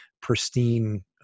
pristine